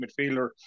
midfielder